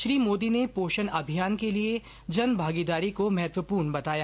श्री मोदी ने पोषण अभियान के लिए जनभागीदारी को महत्वपूर्ण बताया